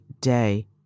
day